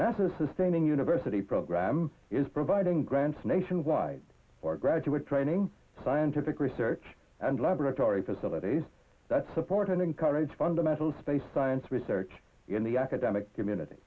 nasa sustaining university program is providing grants nationwide for graduate training scientific research and laboratory facilities that support and encourage fundamental space science research in the academic community